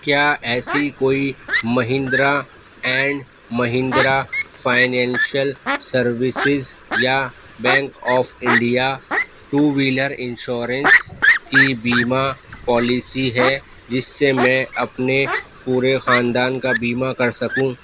کیا ایسی کوئی Mahindra and Mahindra financial services یا bank of India two wheeler insurance کی بیمہ پالیسی ہے جس سے میں اپنے پورے خاندان کا بیمہ کر سکوں